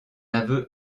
aveu